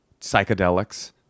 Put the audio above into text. psychedelics